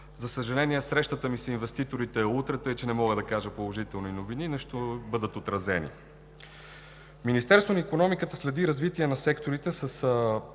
За съжаление, срещата ми с инвеститорите е утре, така че още не мога да кажа положителни новини, но ще бъдат отразени. Министерството на икономиката следи развитието на секторите с